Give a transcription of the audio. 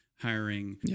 hiring